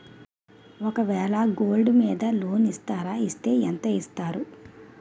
ఒక వేల గోల్డ్ మీద లోన్ ఇస్తారా? ఇస్తే ఎంత ఇస్తారు?